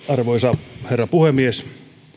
arvoisa herra puhemies